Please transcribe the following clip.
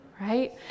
Right